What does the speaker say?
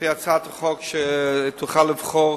ועל-פי הצעת החוק ניתן לבחור